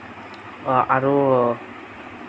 আৰু